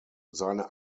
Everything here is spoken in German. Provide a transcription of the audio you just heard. seine